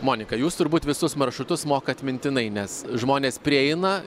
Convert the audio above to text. monika jūs turbūt visus maršrutus mokat mintinai nes žmonės prieina